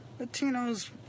latinos